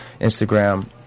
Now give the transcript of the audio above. Instagram